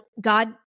God